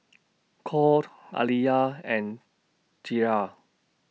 Colt Aliyah and Thyra